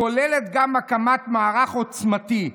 כוללת גם הקמת מערך עוצמתי.